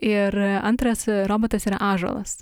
ir antras robotas yra ąžuolas